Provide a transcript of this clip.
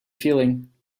feeling